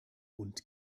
und